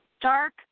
dark